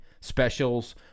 specials